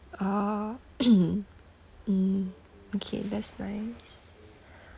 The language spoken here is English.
oh mm okay that's nice